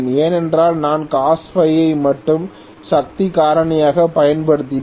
ஏனென்றால் நான் cos Φ ஐ மட்டுமே சக்தி காரணியாக பயன்படுத்தினேன்